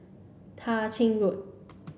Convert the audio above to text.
Tah Ching Road